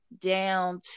down